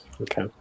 Okay